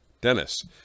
Dennis